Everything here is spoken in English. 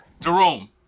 Jerome